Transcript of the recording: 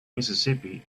mississippi